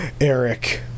Eric